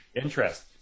interest